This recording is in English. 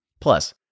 Plus